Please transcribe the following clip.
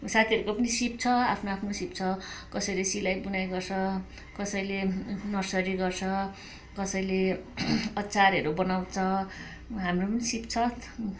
साथीहरूको पनि सिप छ आफ्नो आफ्नो सिप छ कसैले सिलाइ बुनाइ गर्छ कसैले नर्सरी गर्छ कसैले अचारहरू बनाउँछ हाम्रो पनि सिप छ